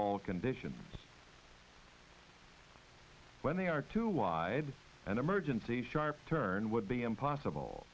all conditions when they are too wide and emergency sharp turn would be impossible